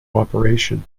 operation